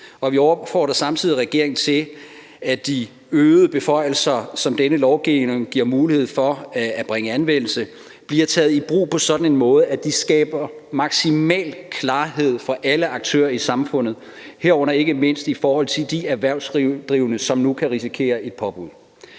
vi opfordrer samtidig regeringen til, at de øgede beføjelser, som dette lovforslag giver mulighed for at bringe i anvendelse, bliver taget i brug på sådan en måde, at de skaber maksimal klarhed for alle aktører i samfundet, herunder ikke mindst for de erhvervsdrivende, som nu kan risikere et påbud.